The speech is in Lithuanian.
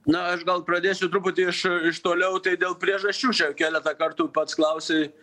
na aš gal pradėsiu truputį iš iš toliau tai dėl priežasčių čia keletą kartų pats klausei